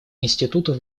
институтов